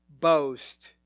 boast